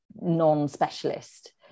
non-specialist